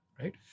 right